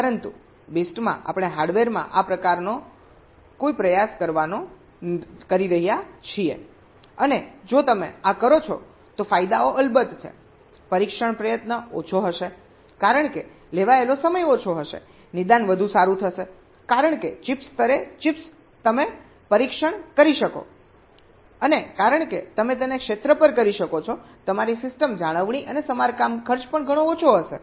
પરંતુ BIST માં આપણે હાર્ડવેરમાં આ કરવાનો પ્રયાસ કરી રહ્યા છીએ અને જો તમે આ કરો છો તો ફાયદાઓ અલબત્ત છે પરીક્ષણ પ્રયત્ન ઓછો હશે કારણ કે લેવાયેલો સમય ઓછો હશે નિદાન વધુ સારું થશે કારણ કે ચિપ સ્તરે ચિપ્સ તમે પરીક્ષણ કરી શકો છો અને કારણ કે તમે તેને ક્ષેત્ર પર કરી શકો છો તમારી સિસ્ટમ જાળવણી અને સમારકામ ખર્ચ પણ ઘણો ઓછો હશે